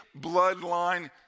bloodline